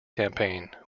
campaign